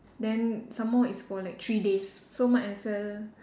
then some more is for like three days so might as well